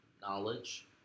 knowledge